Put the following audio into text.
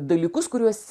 dalykus kuriuos